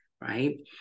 right